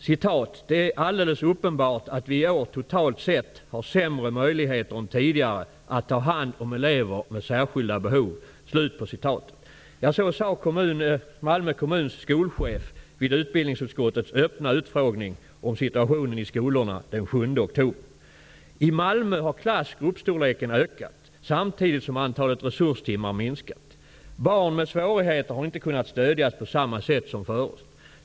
Malmö kommuns skolchef sade vid utbildningsutskottets öppna utfrågning den 7 oktober om situationen i skolorna: ''Det är alldeles uppenbart att vi i år totalt sett har sämre möjligheter än tidigare att ta hand om elever med särskilda behov.'' I Malmö har klass /gruppstorleken ökat samtidigt som antalet resurstimmar minskat. Barn med svårigheter har inte kunnat stödjas på samma sätt som förut.